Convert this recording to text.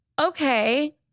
okay